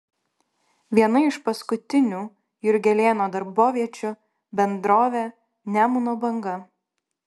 viena iš paskutinių jurgelėno darboviečių bendrovė nemuno banga